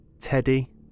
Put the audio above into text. Teddy